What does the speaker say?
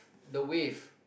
the wave